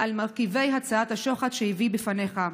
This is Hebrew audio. על מרכיבי הצעת השוחד שהביא בפניך,